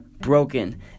broken